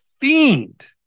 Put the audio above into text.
fiend